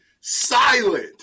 silent